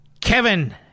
Kevin